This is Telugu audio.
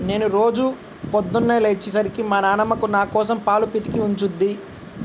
నేను రోజూ పొద్దన్నే లేచే సరికి మా నాన్నమ్మ నాకోసం పాలు పితికి ఉంచుద్ది